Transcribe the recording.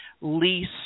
lease